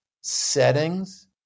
settings